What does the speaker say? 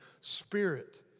spirit